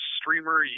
streamer